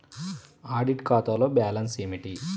Audit ఖాతాలో balance ఏమిటీ?